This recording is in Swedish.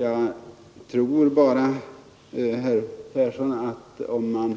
Jag tror bara, herr Persson, att om